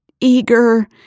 eager